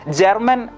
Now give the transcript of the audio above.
German